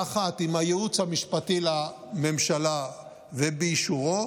אחת עם הייעוץ המשפטי לממשלה ובאישורו,